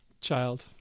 child